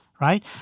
right